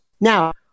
Now